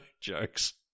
jokes